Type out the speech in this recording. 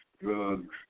drugs